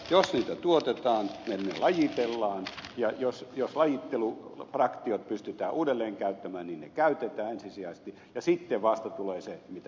jos niitä tuotetaan ne lajitellaan ja jos lajittelufraktiot pystytään uudelleen käyttämään niin ne käytetään ensisijaisesti ja sitten vasta tulee se mitä te äsken ehdotitte